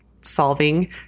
solving